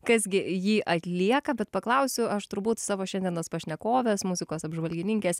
kas gi jį atlieka bet paklausiu aš turbūt savo šiandienos pašnekovės muzikos apžvalgininkės